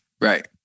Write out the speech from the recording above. Right